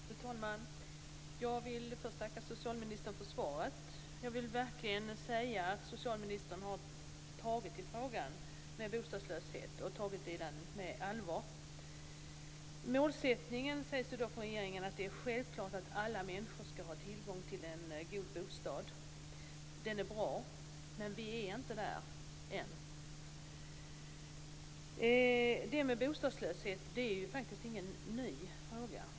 Fru talman! Jag vill först tacka socialministern för svaret. Socialministern har tagit frågan om bostadslöshet på allvar. Han säger att regeringens målsättning självklart är att alla människor skall ha tillgång till en god bostad. Det är bra, men vi är inte där än. Bostadslöshet är faktiskt ingen ny företeelse.